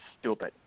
stupid